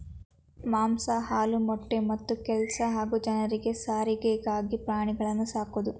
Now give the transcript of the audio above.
ಮಾಂಸ ಹಾಲು ಮೊಟ್ಟೆ ಮತ್ತೆ ಕೆಲ್ಸ ಹಾಗೂ ಜನರಿಗೆ ಸಾರಿಗೆಗಾಗಿ ಪ್ರಾಣಿಗಳನ್ನು ಸಾಕೋದು